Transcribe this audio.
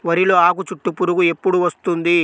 వరిలో ఆకుచుట్టు పురుగు ఎప్పుడు వస్తుంది?